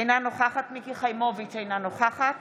אינה נוכחת מיקי חיימוביץ' אינה נוכחת